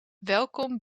welkom